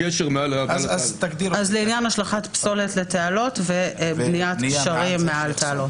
אז נכתוב "לעניין השלכת פסולת לתעלות ובניית גשרים מעל תעלות".